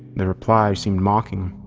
their reply seemed mocking.